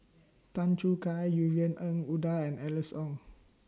Tan Choo Kai Yvonne Ng Uhde and Alice Ong